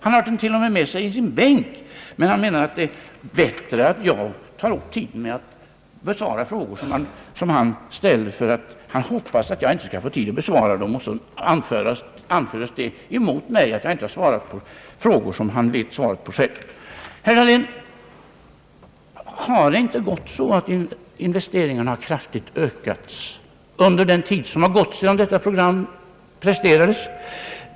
Han har det t.o.m. med sig i sin bänk, men han menar att det är bättre att jag tar upp tiden med att svara på frågor som han ställer. Han hoppas tydligen att jag inte skall få tid att besvara dem, och så anföres det emot mig att jag inte svarat på frågor, som han vet svaret på själv. Herr Dahlén — har inte investeringarna kraftigt ökat under den tid som gått sedan detta program presenterades?